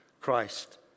Christ